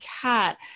cat